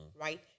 Right